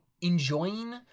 enjoying